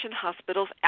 hospitals